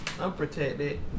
unprotected